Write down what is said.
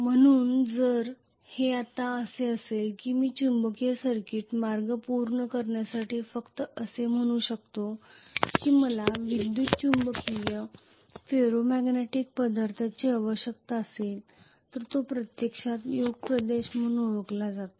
म्हणून जर हे आता असे असेल तर मी चुंबकीय सर्किट मार्ग पूर्ण करण्यासाठी फक्त असे म्हणू शकतो की मला विद्युत चुंबकीय फेरोमॅग्नेटिक पदार्थाची आवश्यकता असेल जो प्रत्यक्षात योक प्रदेश म्हणून ओळखला जातो